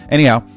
Anyhow